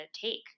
take